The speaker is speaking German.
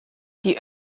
die